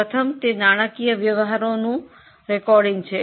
પ્રથમ પગલાંમાં નાણાકીય વ્યવહારોના નોંધ કરવામાં આવશે